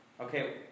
Okay